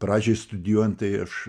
pradžioj studijuojan tai aš